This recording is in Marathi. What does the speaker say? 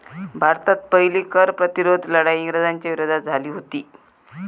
भारतात पहिली कर प्रतिरोध लढाई इंग्रजांच्या विरोधात झाली हुती